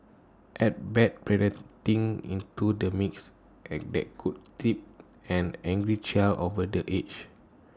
add bad parenting into the mix and that could tip an angry child over the edge